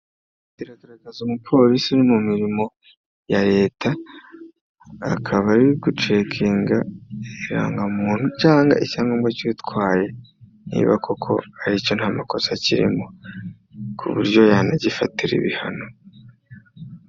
Iragaragaza umupolisi uri mu mirimo ya leta, akaba ari gucekinga irangamuntu cyangwa icyangombwa cy'utwaye, niba koko ari cyo nta makosa akirimo. Ku buryo yanagifatira ibihano.